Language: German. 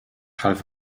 half